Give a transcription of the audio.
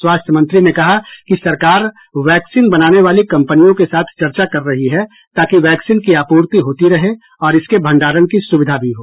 स्वास्थ्य मंत्री ने कहा कि सरकार वैक्सीन बनाने वाली कंपनियों के साथ चर्चा कर रही है ताकि वैक्सीन की आपूर्ति होती रहे और इसके भंडारण की सुविधा भी हो